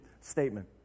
statement